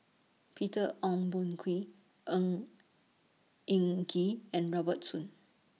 Peter Ong Boon Kwee Ng Eng Kee and Robert Soon